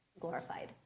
glorified